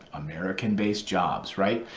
american-based jobs. right,